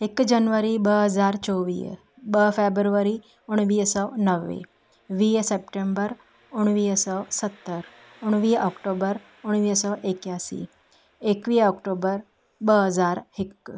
हिकु जनवरी ॿ हज़ार चौवीह ॿ फेब्रररी उणवीह सौ नवे वीह सेप्टेम्बर उणवीह सौ सतरि उणवीह ऑक्टोबर उणवीह सौ इक्यासी एक्वीह अक्टूबर ॿ हज़ार हिकु